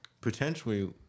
potentially